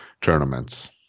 tournaments